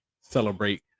celebrate